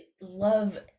love